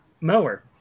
mower